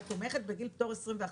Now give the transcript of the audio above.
את תומכת בגיל פטור 21,